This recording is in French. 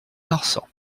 marsan